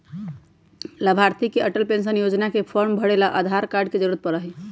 लाभार्थी के अटल पेन्शन योजना के फार्म भरे ला आधार कार्ड के जरूरत पड़ा हई